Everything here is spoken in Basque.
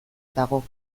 dago